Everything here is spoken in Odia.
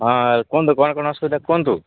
ହଁ କୁହନ୍ତୁ କ'ଣ କ'ଣ ଅସୁବିଧା କୁହନ୍ତୁ